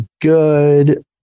good